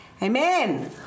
Amen